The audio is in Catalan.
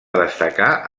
destacar